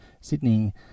Sydney